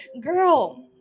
Girl